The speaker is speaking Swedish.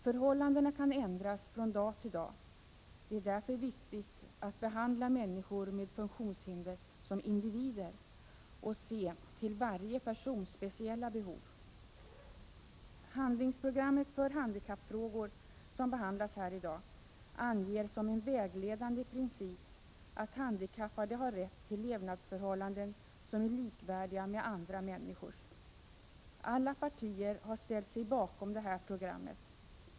Förhållandena kan ändras från dag till dag. Det är därför viktigt att behandla människor med funktionshinder som individer och se till varje persons speciella behov. Handlingsprogrammet för handikappfrågor, som behandlas här i dag, anger som en vägledande princip att handikappade har rätt till levnadsförhållanden som är likvärdiga med andra människors. Alla partier har ställt sig bakom detta program.